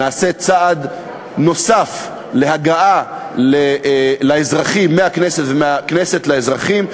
נעשה צעד נוסף להגעה לאזרחים ומהכנסת לאזרחים.